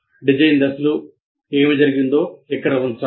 design దశలో ఏమి జరిగిందో ఇక్కడ ఉంచాలి